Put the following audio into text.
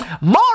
More